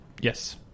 Yes